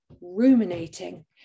ruminating